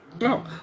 no